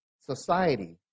society